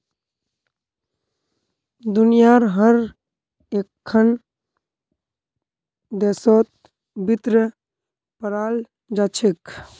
दुनियार हर एकखन देशत वित्त पढ़ाल जा छेक